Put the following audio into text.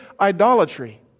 idolatry